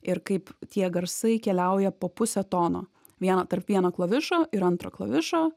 ir kaip tie garsai keliauja po pusę tono vieno tarp vieno klavišo ir antro klavišo